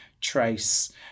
trace